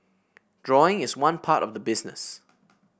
drawing is one part of the business